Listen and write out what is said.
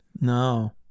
No